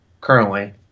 currently